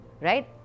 right